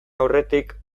aurretik